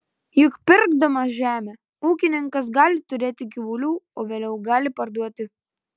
juk pirkdamas žemę ūkininkas gali turėti gyvulių o vėliau gali parduoti